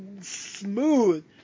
smooth